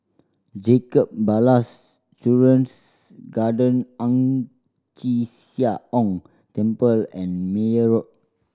Jacob Ballas Children's Garden Ang Chee Sia Ong Temple and Meyer Road